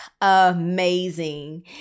amazing